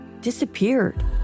disappeared